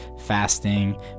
fasting